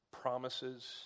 promises